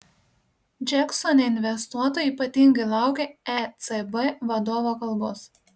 džeksone investuotojai ypatingai laukė ecb vadovo kalbos